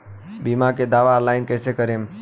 बीमा के दावा ऑनलाइन कैसे करेम?